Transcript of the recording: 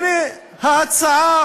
הנה ההצעה